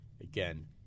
Again